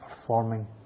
performing